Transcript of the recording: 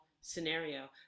scenario